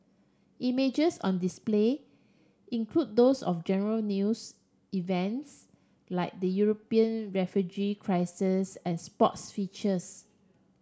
images on display include those of general news events like the European refugee crisis and sports features